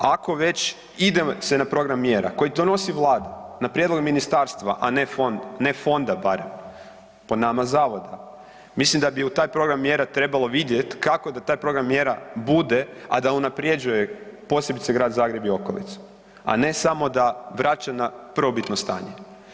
Ako već ide se na program mjera, koji donosi Vlada na prijedlog ministarstva, a ne fonda barem, po nama zavoda, mislim da bi u taj program mjera trebalo vidjeti kako da taj program mjera bude, a da unaprjeđuje posebice Grad Zagreb i okolicu, a ne samo da vraća na prvobitno stanje.